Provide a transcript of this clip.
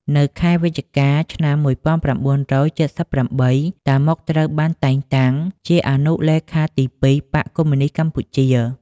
នៅខែវិច្ឆិកា ឆ្នាំ១៩៧៨ តាម៉ុក ត្រូវ បានតែងតាំងជាអនុលេខាទីពីរបក្សកុម្មុយនីស្ត កម្ពុជា ។